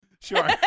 Sure